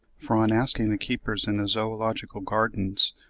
for, on asking the keepers in the zoological gardens,